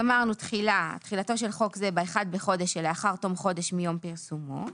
תחילה 37. תחילתו של חוק זה ב-1 לחודש שלאחר תום חודש מיום פרסומו.